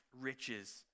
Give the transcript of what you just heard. riches